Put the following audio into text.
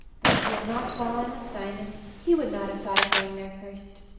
but if he had not fallen in with diamond, he would not have thought of going there first.